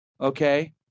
Okay